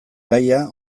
gaia